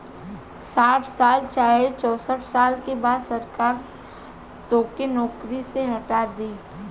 साठ साल चाहे चौसठ साल के बाद सरकार तोके नौकरी से हटा दी